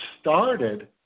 started